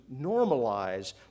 normalize